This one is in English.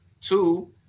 two